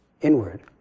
inward